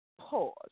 Pause